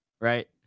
right